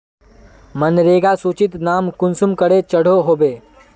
मनरेगा सूचित नाम कुंसम करे चढ़ो होबे?